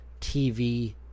tv